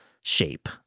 shape